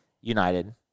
United